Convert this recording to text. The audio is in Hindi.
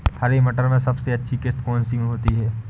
हरे मटर में सबसे अच्छी किश्त कौन सी होती है?